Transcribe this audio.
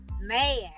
Man